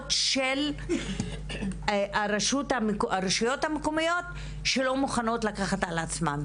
של הרשויות המקומיות שלא מוכנות לקחת על עצמן.